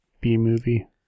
B-movie